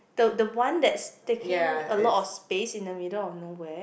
the the one that's taking a lot of space in the middle of nowhere